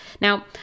Now